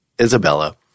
Isabella